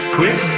Quick